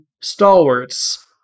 stalwarts